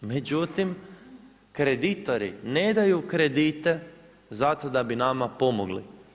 Međutim, kreditori ne daju kredite zato da bi nama pomogli.